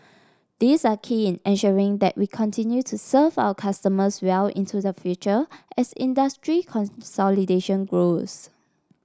these are key in ensuring that we continue to serve our customers well into the future as industry consolidation grows